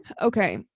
Okay